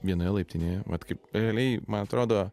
vienoje laiptinėje vat kaip realiai man atrodo